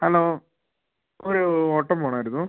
hello ഒരു ഓട്ടം പോകണമായിരുന്നു